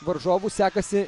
varžovų sekasi